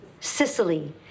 sicily